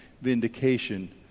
vindication